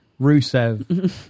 Rusev